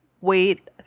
wait